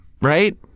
right